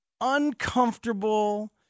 uncomfortable